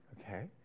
okay